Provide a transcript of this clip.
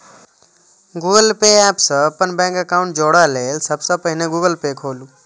Google Pay app सं अपन bank account जोड़य लेल सबसं पहिने गूगल पे खोलू